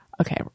Okay